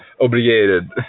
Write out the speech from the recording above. obligated